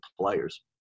players